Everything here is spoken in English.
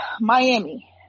Miami